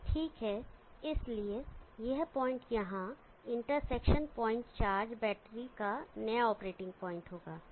ठीक है इसलिए यह पॉइंट यहां इंटरसेक्शन प्वाइंट चार्ज बैटरी का नया ऑपरेटिंग पॉइंट होगा